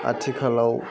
आथिखालाव